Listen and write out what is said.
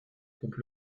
groupe